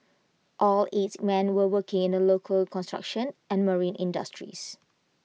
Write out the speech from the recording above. all eight men were working in the local construction and marine industries